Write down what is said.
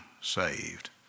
saved